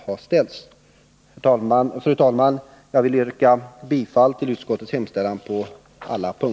Jag vill på alla punkter yrka bifall till utskottets hemställan.